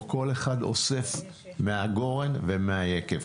או כל אחד אוסף מהגורן ומהיקב?